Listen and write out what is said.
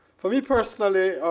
for me, personally,